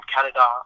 Canada